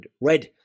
red